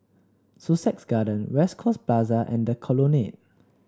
Sussex Garden West Coast Plaza and The Colonnade